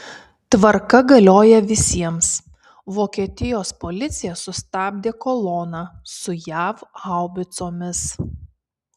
tvarka galioja visiems vokietijos policija sustabdė koloną su jav haubicomis